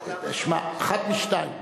תשמע, אחת משתיים.